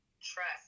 trust